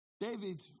David